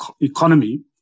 economy